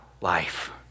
life